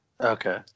Okay